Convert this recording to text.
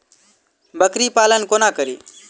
बकरी पालन कोना करि?